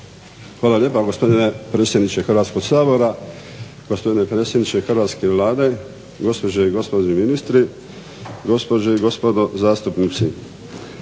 Hvala lijepa gospodine predsjedniče Hrvatskog sabora, gospodine predsjedniče Hrvatske vlade, gospođe i gospodo ministre, gospođe i gospodo zastupnici.